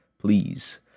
please